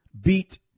beat